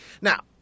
Now